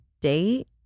date